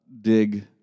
dig